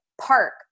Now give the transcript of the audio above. park